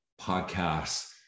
podcasts